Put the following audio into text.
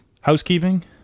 Housekeeping